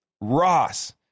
Ross